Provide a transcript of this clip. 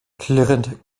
klirrend